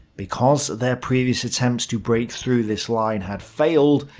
because their previous attempts to breakthrough this line had failed,